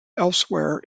elsewhere